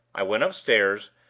i went upstairs,